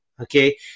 okay